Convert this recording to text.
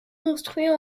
construits